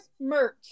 Merch